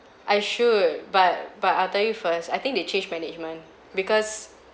I should but but I'll tell you first I think they changed management because